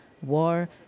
war